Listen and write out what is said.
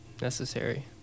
necessary